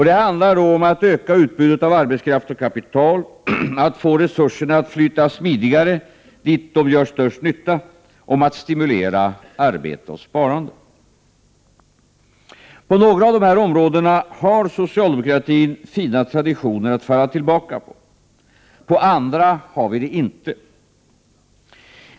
Det handlar om att öka utbudet av arbetskraft och kapital, att få resurserna att flyta smidigare dit de gör störst nytta, om att stimulera arbete och sparande. På några av dessa områden har socialdemokratin fina traditioner att falla tillbaka på. På andra har vi det inte.